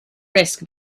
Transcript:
risk